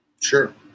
Sure